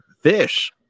Fish